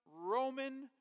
Roman